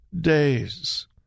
days